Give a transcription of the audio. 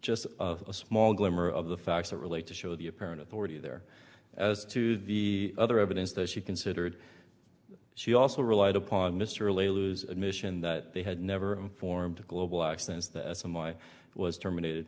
gist of a small glimmer of the facts that relate to show the apparent authority there as to the other evidence that she considered she also relied upon mr earle a lose admission that they had never formed a global access that summer i was terminated